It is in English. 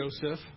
Joseph